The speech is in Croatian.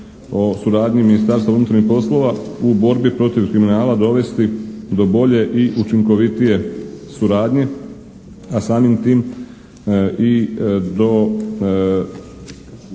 o suradnji Ministarstva unutarnjih poslova u borbi protiv kriminala dovesti do bolje i učinkovitije suradnje a samim tim i do